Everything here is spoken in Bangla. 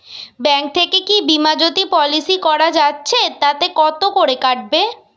ব্যাঙ্ক থেকে কী বিমাজোতি পলিসি করা যাচ্ছে তাতে কত করে কাটবে?